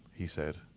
he said,